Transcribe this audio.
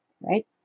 right